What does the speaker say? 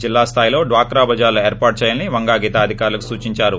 జిల్లా న్ధాయిలో డ్వాక్రా బజారులను ఏర్పాటు చేయాలని వంగాగీత అధికారులకు సూచిందారు